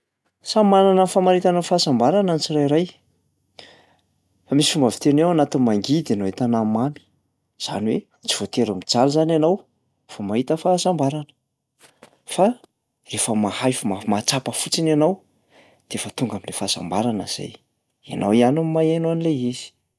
Samy manana ny famaritany ny fahasambarana ny tsirairay. Fa misy fomba fiteny hoe ao anatin'ny mangidy no ahitana ny mamy, zany hoe tsy voatery mijaly zany ianao vao mahita fahasambarana. Fa rehefa mahay f- ma- mahatsapa fotsiny ianao de efa tonga am'lay fahasambarana zay, ianao ihany no maheno an'ilay izy.